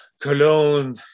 Cologne